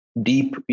deep